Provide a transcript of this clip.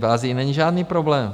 V Asii není žádný problém.